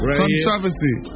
controversy